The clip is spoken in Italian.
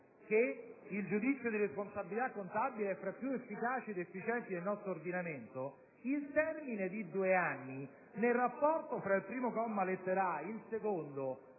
Grazie,